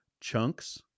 chunks